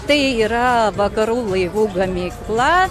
tai yra vakarų laivų gamykla